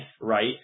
right